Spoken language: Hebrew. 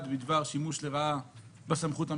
בדבר שימוש לרעה בסמכות המכוננת.